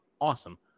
awesome